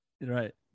Right